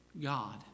God